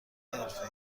حرفه